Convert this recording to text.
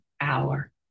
Hour